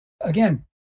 again